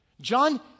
John